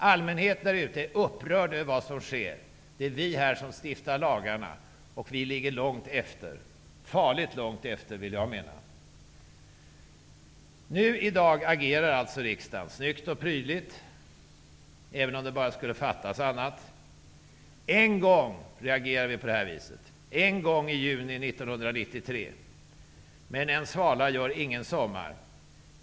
Allmänheten är upprörd över vad som sker. Det är vi här som stiftar lagarna, och vi ligger långt efter -- farligt långt efter, vill jag mena. I dag agerar alltså riksdagen, snyggt och prydligt -- det skulle bara fattas annat. En gång reagerade vi på det här sättet, en gång i juni 1993. Men en svala gör ingen sommar.